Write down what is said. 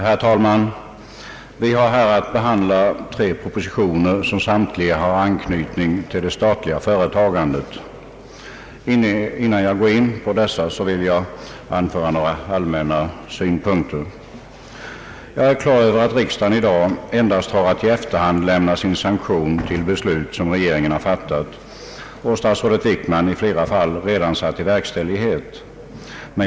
Herr talman! Vi skall nu behandla tre propositioner, vilka samtliga har anknytning till det statliga företagandet. Innan jag går in på dessa vill jag anföra några allmänna synpunkter. Jag är på det klara med att riksdagen i dag endast i efterhand har att lämna sin sanktion av beslut som regeringen fattat och statsrådet Wickman i flera fall redan satt i verkställighet.